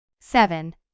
Seven